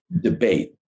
debate